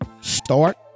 start